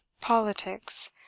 politics